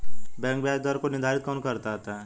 Bank ब्याज दर को निर्धारित कौन करता है?